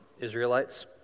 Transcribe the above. Israelites